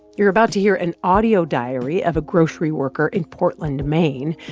you're about to hear an audio diary of a grocery worker in portland, maine.